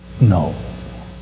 No